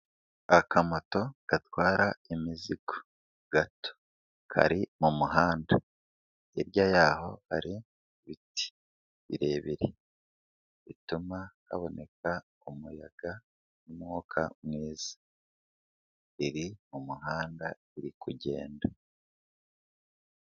Akamoto gatwara imizigo gato, kari mu muhanda hirya y'aho hari ibiti birebire bituma haboneka umuyaga n'umwuka mwiza biri mu muhanda uri kugenda.